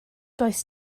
does